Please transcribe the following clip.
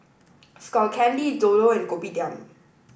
Skull Candy Dodo and Kopitiam